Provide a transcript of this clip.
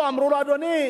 אמרו לו: אדוני,